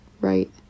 right